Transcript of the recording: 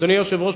אדוני היושב-ראש,